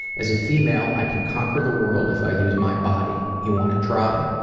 as a female i can conquer the world if i use my body. you want to try?